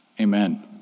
amen